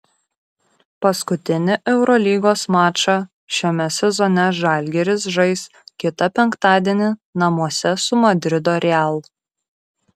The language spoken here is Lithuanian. paskutinį eurolygos mačą šiame sezone žalgiris žais kitą penktadienį namuose su madrido real